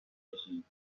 کشید